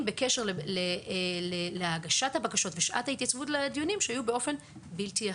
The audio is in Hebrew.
בקשר להגשת הבקשות ושעת ההתייצבות לדיונים שהיו באופן בלתי אחיד.